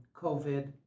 covid